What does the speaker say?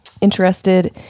interested